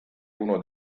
uno